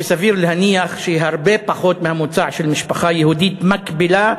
שסביר להניח שהיא הרבה פחות מהממוצע של משפחה יהודית מקבילה,